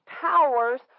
powers